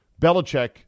Belichick